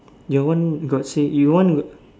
your one got say your one got